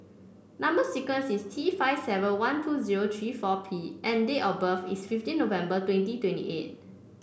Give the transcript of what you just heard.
number sequence is T five seven one two zero three four P and date of birth is fifteen November twenty twenty eight